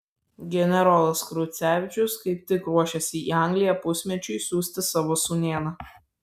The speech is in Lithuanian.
generolas kraucevičius kaip tik ruošėsi į angliją pusmečiui siųsti savo sūnėną